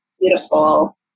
beautiful